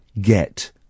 get